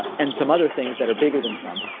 ah and some other things that are bigger than trump.